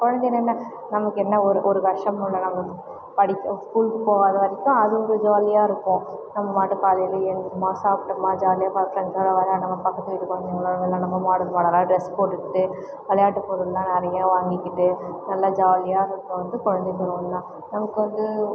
குழந்தையில என்ன நமக்கு என்ன ஒரு ஒரு வருஷம் உள்ள தாங்க படிக்க ஸ்கூலுக்கு போகாத வரைக்கும் அது ஒரு ஜாலியாக இருக்கும் நம்ம பாட்டுக்கு காலையில் ஏந்திரிக்கிறோமா சாப்பிட்டோமா ஜாலியாக பசங்ககூட விளையாண்டோமா பக்கத்து வீட்டு குழந்தைங்களோட விளையாண்டோமா மாடல் மாடலாக ட்ரெஸ் போட்டுக்கிட்டு விளையாட்டு பொருள்லாம் நிறையா வாங்கிக்கிட்டு நல்லா ஜாலியாக இருக்கிறது வந்து குழந்தைப் பருவம் தான் நமக்கு வந்து